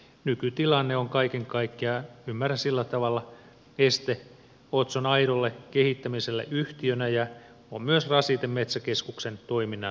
nykytilanne on kaiken kaikkiaan ymmärrän sillä tavalla este otson aidolle kehittämiselle yhtiönä ja on myös rasite metsäkeskuksen toiminnan uskottavuudelle